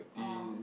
oh